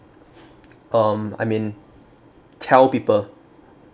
um I mean tell people